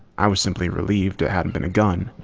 i was simply relieved it hadn't been a gun.